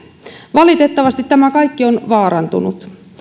valitettavasti tämä kaikki on vaarantunut